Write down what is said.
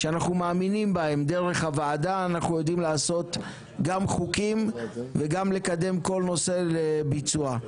אנחנו נדע לעשות חוקים ונדע לקדם כל נושא לביצוע.